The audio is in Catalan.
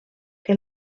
que